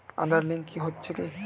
Aadhaar link হচ্ছে কি?